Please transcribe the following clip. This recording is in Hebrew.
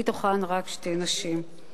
בתוכן רק שתי נשים.